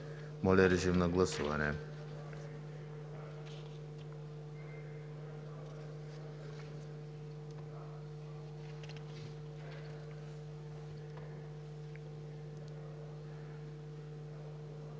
Моля, режим на гласуване